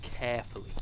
carefully